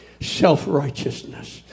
Self-righteousness